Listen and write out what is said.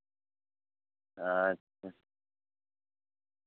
ᱟᱪᱪᱷᱟ